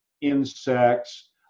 insects